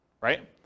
right